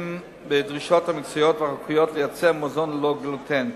בדרישות המקצועיות והחוקיות לייצר מזון ללא גלוטן.